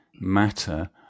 matter